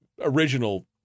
original